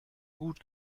gut